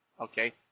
Okay